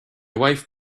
wife